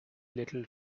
little